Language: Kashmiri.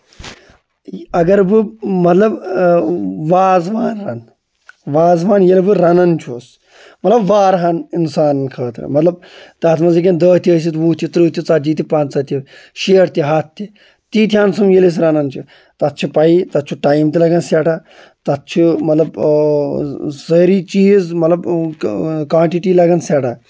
یہِ اَگر بہٕ مطلب وازوان رَنہٕ وازوان ییٚلہِ بہٕ رَنان چھُس مطلب وارہن اِنسانَن خٲطرٕ مطلب تَتھ منٛز ہیٚکَن دَہ تہِ ٲسِتھ وُہ تہِ تٕرٛہ تہِ ژَتجی تہِ پنٛژاہ تہِ شیٹھ تہِ ہَتھ تہِ تیٖتہِ ہن سُمب ییٚلہِ أسۍ رَنان چھِ تَتھ چھُ پیی تَتھ چھُ ٹایم تہِ لگَن سٮ۪ٹھاہ تَتھ چھُ مطلب سٲری چیٖز مطلب کانٹِٹی لگان سٮ۪ٹھاہ